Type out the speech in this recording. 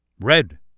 Red